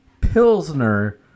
pilsner